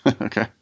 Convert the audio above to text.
okay